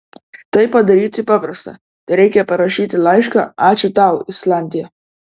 tai padaryti paprasta tereikia parašyti laišką ačiū tau islandija